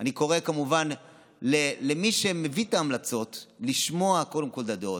אני קורא כמובן למי שמביא את ההמלצות לשמוע קודם כול את הדעות.